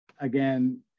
again